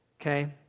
okay